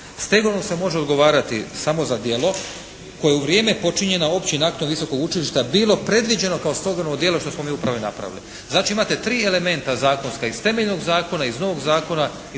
Stegovno se može odgovarati samo za djelo koji u vrijeme počinje na općim aktom visokog učilišta bilo predviđeno kao stegovno djelo što smo mi upravo i napravili. Znači imate tri elementa zakonska, iz temeljnog zakona, iz novog zakona